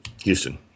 Houston